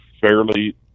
fairly